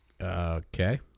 okay